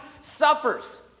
suffers